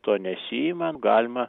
to nesiima galima